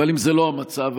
אבל אם זה לא המצב,